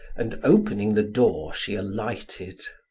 and opening the door, she alighted.